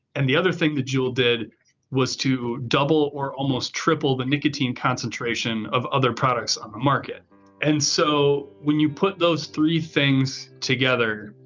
and the other thing that jewel did was to double or almost triple the nicotine concentration of other products on the market and so when you put those three things together,